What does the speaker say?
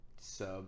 sub